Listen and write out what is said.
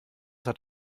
hat